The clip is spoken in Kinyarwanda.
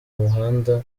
muhanda